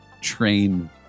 Train